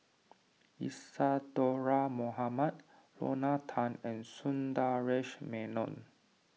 Isadhora Mohamed Lorna Tan and Sundaresh Menon